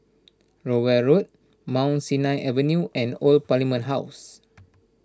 Rowell Road Mount Sinai Avenue and Old Parliament House